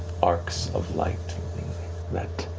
arcs of lightning that